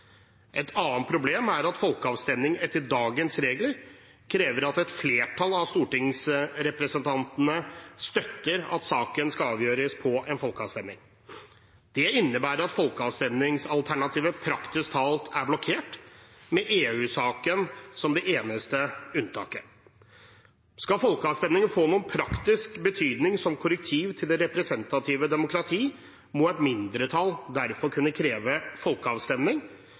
Et annet problem er at folkeavstemning etter dagens regler krever at et flertall av stortingsrepresentantene støtter at saken skal avgjøres i en folkeavstemning. Det innebærer at folkeavstemningsalternativet praktisk talt er blokkert, med EU-saken som det eneste unntaket. Skal folkeavstemningen få noen praktisk betydning som korrektiv til det representative demokrati, må et mindretall derfor kunne kreve folkeavstemning.